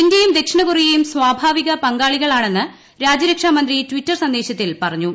ഇന്ത്യയും ദക്ഷിണ കൊറിയയും സ്വാഭാവിക പങ്കാളികളാണെന്ന് രാജ്യരക്ഷാമന്ത്രി ട്വിറ്റർ സന്ദേശത്തിൽ പറഞ്ഞു